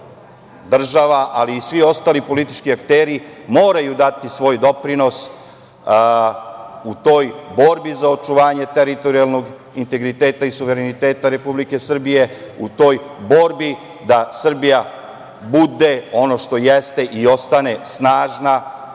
ali i svi politički akteri, moraju dati svoj doprinos u toj borbi za očuvanje teritorijalnog integriteta i suvereniteta Republike Srbije, u toj borbi da Srbija bude ono što jeste i ostane snažna,